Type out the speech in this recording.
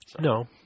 No